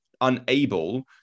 unable